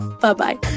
bye-bye